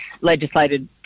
legislated